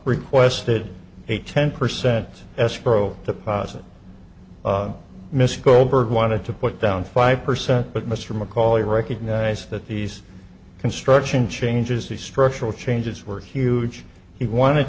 requested a ten percent escrow deposit mr goldberg wanted to put down five percent but mr mccauley recognized that these construction changes the structural changes were huge he wanted